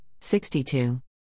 62